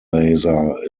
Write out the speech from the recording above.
laser